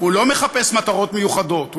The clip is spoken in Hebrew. הוא לא מחפש מטרות מיוחדות,